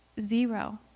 zero